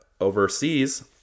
overseas